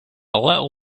little